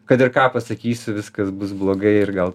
kad ir ką pasakysiu viskas bus blogai ir gal